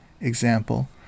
example